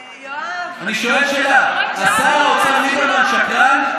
יואב, אני שואל שאלה, שר האוצר ליברמן שקרן?